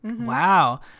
Wow